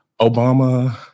Obama